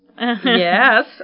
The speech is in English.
Yes